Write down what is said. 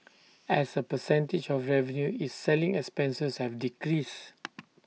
as A percentage of revenue its selling expenses have decreased